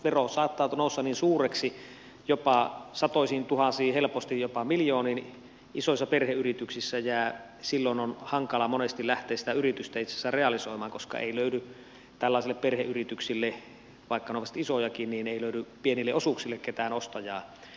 vero saattaa nousta suureksi jopa satoihintuhansiin helposti jopa miljooniin isoissa perheyrityksissä ja silloin on hankala monesti lähteä sitä yritystä itsessään realisoimaan koska ei löydy tällaisten perheyritysten vaikka ne olisivat isojakin pienille osuuksille ketään ostajaa